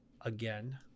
again